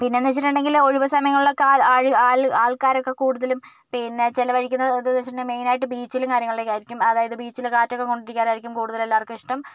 പിന്നേന്ന് വച്ചിട്ടുണ്ടെങ്കില് ഒഴിവ് സമയങ്ങളിലൊക്കെ ആഴ് ആള് ആൾക്കാരൊക്കെ കൂടുതലും പിന്നെ ചിലവഴിക്കുന്നത് എന്ന് വച്ചിട്ടുണ്ടെങ്കിൽ മെയ്നായിട്ടും ബീച്ചിലും കാര്യങ്ങളിലൊക്കെയായിരിക്കും അതായത് ബീച്ചില് കാറ്റൊക്കെ കൊണ്ടിരിക്കാനായിരിക്കും കൂടുതലെല്ലാവർക്കും ഇഷ്ട്ടം